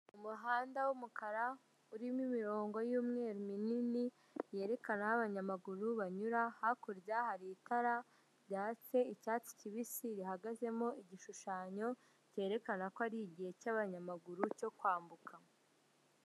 Umuhanda w'umukara urimo imirongo y'umweru minini yerekana aho abanyamaguru banyura, hakurya hari itara ryatsee icyatsi kibisi rihagazemo igishushanyo cyerekana ko ari igihe cy'abanyamaguru cyo kwambuka.